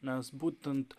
nes būtent